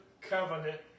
covenant